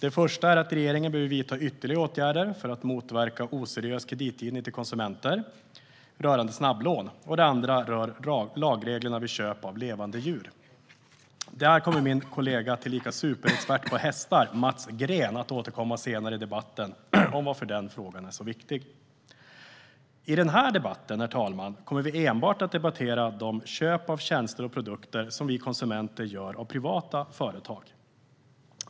Det första handlar om att regeringen behöver vidta ytterligare åtgärder för att motverka oseriös kreditgivning till konsumenter rörande snabblån, och det andra rör lagreglerna vid köp av levande djur. Min kollega, tillika superexpert på hästar, Mats Green kommer att återkomma senare i debatten till varför den senare frågan är så viktig. Jag kommer enbart att fokusera på de köp av tjänster och produkter som vi konsumenter gör av privata företag.